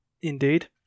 Indeed